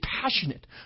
passionate